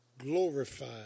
glorified